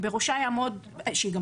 שהיא גם